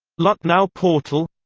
lucknow portal